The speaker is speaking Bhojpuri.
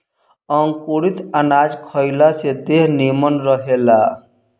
अंकुरित अनाज खइला से देह निमन रहेला